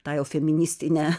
tą jau feministinę